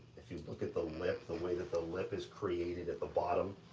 if you look at the lip, the way that the lip is created at the bottom,